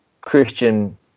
Christian